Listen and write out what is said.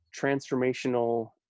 transformational